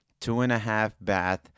two-and-a-half-bath